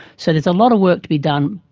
so there's a lot of work to be done,